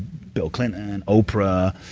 bill clinton, and oprah,